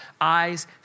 Eyes